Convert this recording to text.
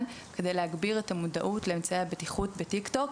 כדי להגביר את המודעות לאמצעי הבטיחות בטיק-טוק.